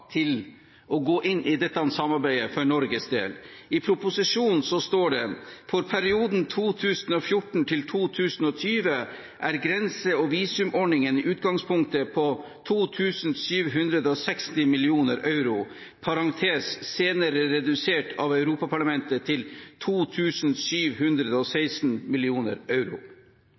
til å gå inn i dette samarbeidet for Norges del. I proposisjonen står det: «For perioden 2014–2020 er grense- og visumordningen i utgangspunktet på 2 760 mill. euro I presiseringen som kommer fra departementet, er dette kostnadsestimatet justert opp til 2 851 mill. euro.